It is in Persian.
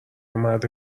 مرد